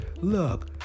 look